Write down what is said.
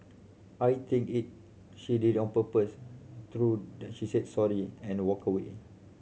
I think he she did on purpose through she said sorry and walked away